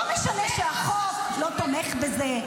לא משנה שהחוק לא תומך בזה.